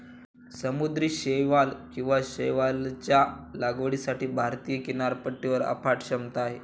समुद्री शैवाल किंवा शैवालच्या लागवडीसाठी भारतीय किनारपट्टीवर अफाट क्षमता आहे